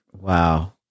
Wow